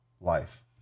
life